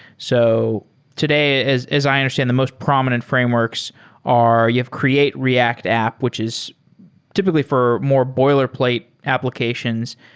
so today as as i understand, the most prominent frameworks are you have create react app, which is typically for more boilerplate applications.